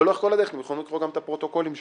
ולאורך כל הדרך אני מוכן לקרוא גם את הפרוטוקולים שלו,